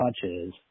touches